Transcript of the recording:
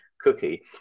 cookie